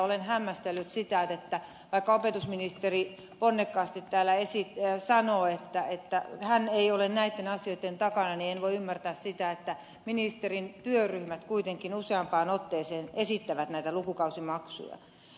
olen hämmästellyt sitä että vaikka opetusministeri ponnekkaasti täällä sanoo että hän ei ole näitten asioitten takana niin en voi ymmärtää sitä että ministerin työryhmät kuitenkin useampaan otteeseen esittävät näitä lukukausimaksuja